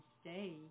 stay